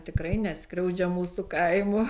tikrai neskriaudžia mūsų kaimo